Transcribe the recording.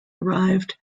arrived